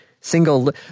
single